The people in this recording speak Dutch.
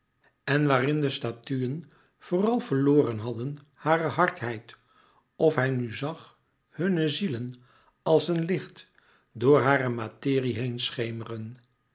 en waarin de statuen vooral verloren hadden hare hardheid of hij nu zag heure zielen als een licht door hare materie heenschemeren